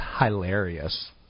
hilarious